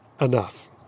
enough